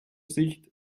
sicht